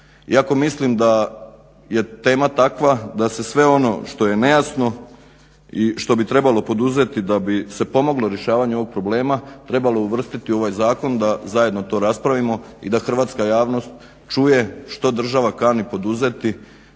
Iako mislim da je tema takva da se sve ono što je nejasno i što bi trebalo poduzeti da bi se pomoglo rješavanju ovog problema trebalo uvrstiti u ovaj zakon da zajedno to raspravimo i da hrvatska javnost čuje što država kani poduzeti